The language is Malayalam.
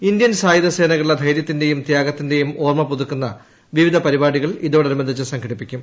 ഇന്ത്യൻ സായുധ സേനകളുടെ ധൈര്യത്തിന്റെയും ത്യാഗത്തിന്റെയും ഓർമ്മ പുതുക്കുന്ന വിവിധ പരിപാടികൾ ഇതോടനുബന്ധിച്ച് സംഘടിപ്പിക്കും